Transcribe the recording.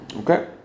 Okay